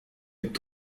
est